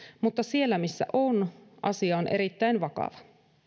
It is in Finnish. mutta siellä missä on asia on erittäin vakava